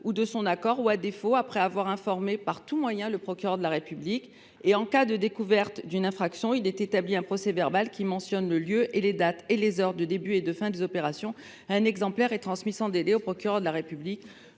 ou avec son accord ou, à défaut, après que l’on a informé, par tout moyen, le procureur de la République. Enfin, en cas de découverte d’une infraction, il devra être établi un procès verbal qui mentionne le lieu, ainsi que les dates et heures de début et de fin des opérations, dont un exemplaire devra être transmis sans délai au procureur de la République.